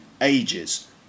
ages